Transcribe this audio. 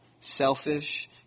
selfish